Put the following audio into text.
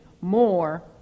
more